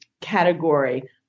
category